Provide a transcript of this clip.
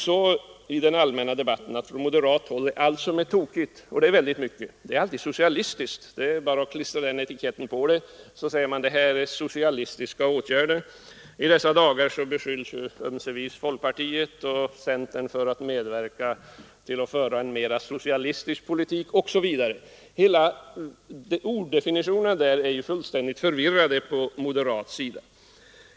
I den allmänna debatten anses från moderat håll att allt som är tokigt — och det är mycket — är ”socialistiskt”. Det är bara att klistra på etiketten och säga att det är fråga om socialistiska åtgärder. I dessa dagar beskylls ömsevis folkpartiet och centern för att medverka till att föra en mer socialistisk politik. Hela den moderata orddefinitionen är fullständigt förvirrad.